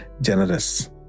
generous